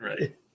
right